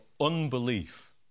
unbelief